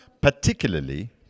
particularly